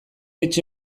etxe